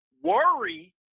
Worry